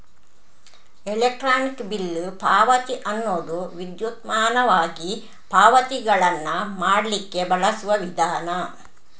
electronic bill ಪಾವತಿ ಅನ್ನುದು ವಿದ್ಯುನ್ಮಾನವಾಗಿ ಪಾವತಿಗಳನ್ನ ಮಾಡ್ಲಿಕ್ಕೆ ಬಳಸುವ ವಿಧಾನ